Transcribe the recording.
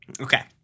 Okay